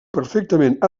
perfectament